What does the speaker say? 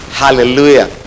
hallelujah